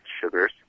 sugars